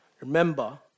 Remember